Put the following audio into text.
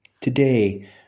Today